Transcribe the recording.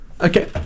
Okay